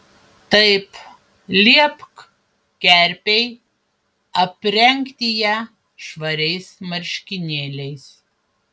taip liepk kerpei aprengti ją švariais marškinėliais